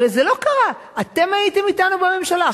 אתם הייתם אתנו בממשלה.